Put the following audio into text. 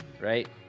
right